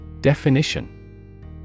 Definition